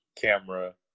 camera